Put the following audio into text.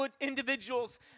individuals